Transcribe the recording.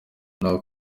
naho